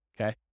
okay